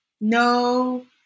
No